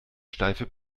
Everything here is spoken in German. steife